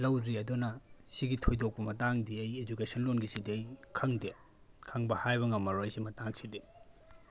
ꯂꯧꯗ꯭ꯔꯤ ꯑꯗꯨꯅ ꯁꯤꯒꯤ ꯊꯣꯏꯗꯣꯛꯄ ꯃꯇꯥꯡꯗꯤ ꯑꯩ ꯏꯗꯨꯀꯦꯁꯟ ꯂꯣꯟꯒꯤꯁꯤꯗꯤ ꯑꯩ ꯈꯪꯗꯦ ꯈꯪꯕ ꯍꯥꯏꯕ ꯉꯝꯃꯔꯣꯏ ꯁꯤ ꯃꯇꯥꯡꯁꯤꯗꯤ